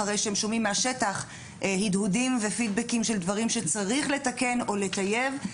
אחרי שהם שומעים מהשטח הדהודים ופידבקים של דברים שצריך לתקן או לטייב.